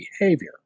behavior